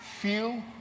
feel